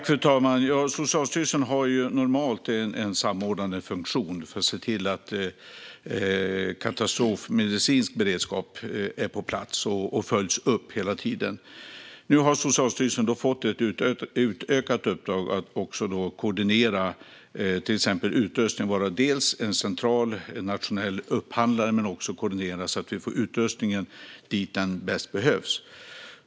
Fru talman! Socialstyrelsen har normalt en samordnande funktion för att se till att katastrofmedicinsk beredskap är på plats, och det följs hela tiden upp. Nu har Socialstyrelsen fått ett utökat uppdrag att också koordinera när det till exempel gäller utrustning. De ska vara en central nationell upphandlare, men de ska också koordinera så att vi får utrustningen där den bäst behövs.